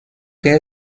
que